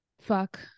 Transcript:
fuck